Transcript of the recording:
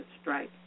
strike